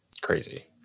Crazy